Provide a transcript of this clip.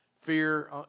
Fear